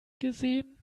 gesehen